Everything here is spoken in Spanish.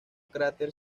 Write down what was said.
cráter